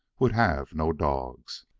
would have no dogs.